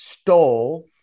stole